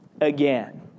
again